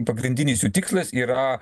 pagrindinis tikslas yra